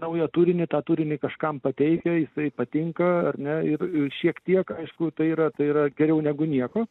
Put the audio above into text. naują turinį tą turinį kažkam pateikia jisai patinka ar ne ir šiek tiek aišku tai yra tai yra geriau negu nieko